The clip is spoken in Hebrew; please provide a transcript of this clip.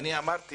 אני אמרתי